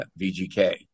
VGK